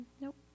Nope